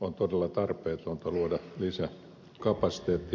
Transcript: on todella tarpeetonta luoda lisäkapasiteettia ydinenergialle